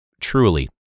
truly